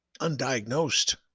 undiagnosed